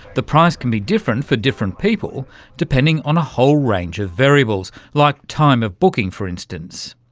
the price can be different for different people depending on a whole range of variables, like time of booking for instance.